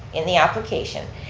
in the application,